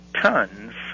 tons